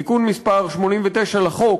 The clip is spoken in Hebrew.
תיקון מס' 89 לחוק,